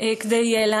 חבר הכנסת קיש,